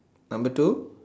number two